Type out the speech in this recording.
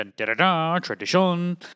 tradition